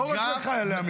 לא רק לחיילי המילואים.